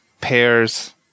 pairs